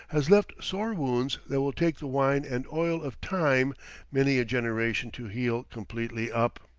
has left sore wounds that will take the wine and oil of time many a generation to heal completely up.